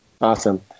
Awesome